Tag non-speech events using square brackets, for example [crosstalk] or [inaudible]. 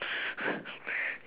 [laughs]